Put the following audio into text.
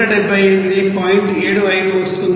75 వస్తోంది